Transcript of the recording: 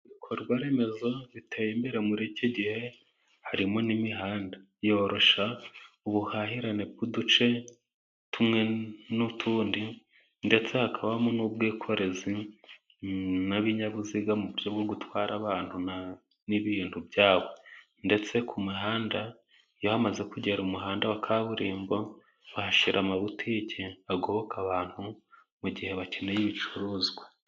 Ibikorwaremezo biteye imbera muri iki gihe，harimo n'imihanda. Yoroshya ubuhahirane bw'uduce tumwe n'utundi，ndetse hakabamo n'ubwikorezi， n'ibinyabiziga， mu buryo bwo gutwara abantu n'ibintu byabo，ndetse ku mihanda y’ahamaze kugera umuhanda wa kaburimbo， bahashyira amabutike， bagoboka abantu mu gihe bakeneye ibicuruzwa.